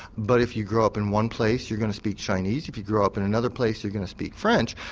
but if you grow up in one place you're going to speak chinese, if you grow up in another place you're going to speak french,